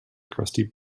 crusty